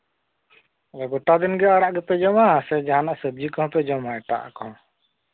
ᱜᱳᱴᱟ ᱫᱤᱱᱜᱮ ᱟᱲᱟᱜ ᱜᱮᱯᱮ ᱡᱚᱢᱟ ᱥᱮ ᱡᱟᱦᱟᱱᱟᱜ ᱥᱚᱵᱽᱡᱤ ᱠᱚᱦᱚᱸ ᱯᱮ ᱡᱚᱢᱟ ᱮᱴᱟᱜᱟᱜ ᱠᱚ